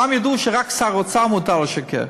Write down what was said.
פעם ידעו שרק שר האוצר מותר לו לשקר,